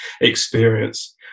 experience